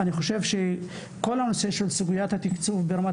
אני חושב שכל הנושא של סוגיית התקצוב ברמת